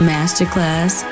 Masterclass